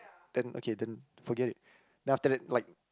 then okay then forget it then after that like